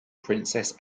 princess